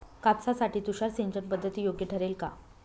कापसासाठी तुषार सिंचनपद्धती योग्य ठरेल का?